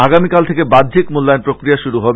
আগামীকাল থেকে বাহ্যিক মূল্যায়ন প্রক্রিয়া শুরু হবে